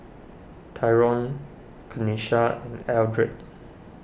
Tyrone Tenisha Eldred